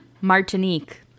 Martinique